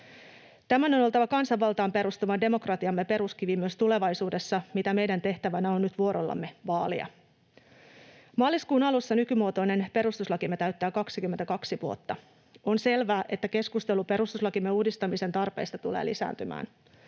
Tämän on oltava kansanvaltaan perustuvan demokratiamme peruskivi myös tulevaisuudessa, mitä meidän tehtävänämme on nyt vuorollamme vaalia. Maaliskuun alussa nykymuotoinen perustuslakimme täyttää 22 vuotta. On selvää, että keskustelu perustuslakimme uudistamisen tarpeista tulee lisääntymään,